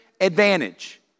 advantage